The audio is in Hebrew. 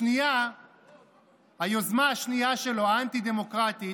היוזמה השנייה שלו, האנטי-דמוקרטית,